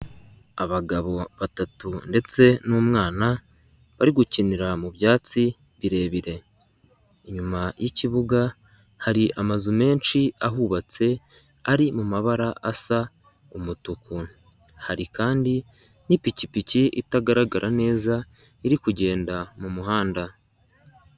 Abagabo batatu ndetse n'umwana bari gukinira mu byatsi birebire, inyuma y'ikibuga hari amazu menshi ahubatse ari mu mabara asa umutuku, hari kandi n'ipikipiki itagaragara neza iri kugenda mu muhanda.